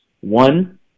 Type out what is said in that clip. One